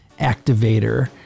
activator